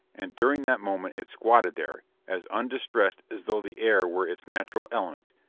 and, during that moment it squatted there, as undistressed as though the air were its natural element,